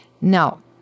Now